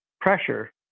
pressure